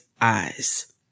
eyes